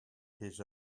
his